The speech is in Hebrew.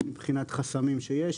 הן מבחינת חסמים שיש.